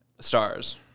stars